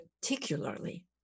particularly